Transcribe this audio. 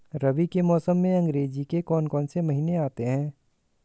रबी के मौसम में अंग्रेज़ी के कौन कौनसे महीने आते हैं?